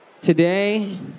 today